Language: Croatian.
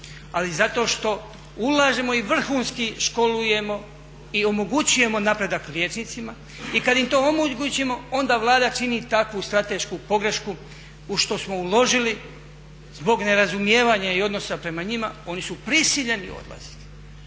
i zato što ulažemo i vrhunski školujemo i omogućujemo napredak liječnicima i kad im to omogućimo onda Vlada čini takvu stratešku pogrešku u što smo uložili zbog nerazumijevanja i odnosa prema njima oni su prisiljeni odlaziti.